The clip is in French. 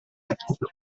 pakistan